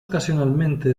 ocasionalmente